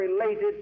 related